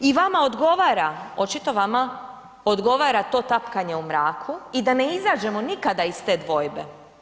I vama odgovara, očitova vama odgovara to tapkanje u mraku i da ne izađemo nikada iz te dvojbe.